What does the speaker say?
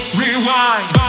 rewind